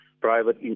private